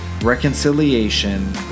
reconciliation